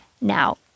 Now